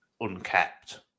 unkept